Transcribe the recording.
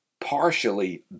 partially